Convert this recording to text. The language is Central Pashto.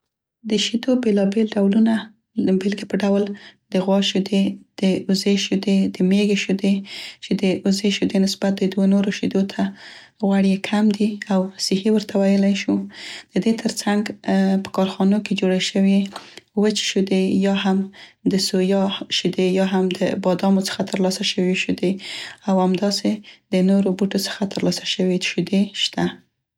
په کارخانو کې د شیدو بیلابیل ډولونه، د بیلګې په ډول د غوا شیدې، د وزې شیدې د میږې شیدې چې د وزې شیدې نسبت د دوو نورو شیدو ته، غوړ یې کم دي او صحي ورته ویلی شو، د دې تر څنګ جوړې شوې وچې شودې، یا هم د سویا شیدې، یا هم د بادامو څخه تر لاسه شوې شودې او همداسې د نورو بوټو څخه تر لاسه شوې شودې شته.